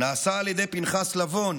נעשה על ידי פנחס לבון,